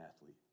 athlete